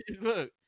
Look